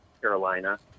Carolina